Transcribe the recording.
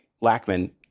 Lackman